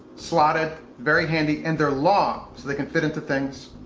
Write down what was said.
slotted. very handy and they're long so they can fit into things.